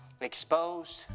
exposed